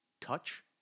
touch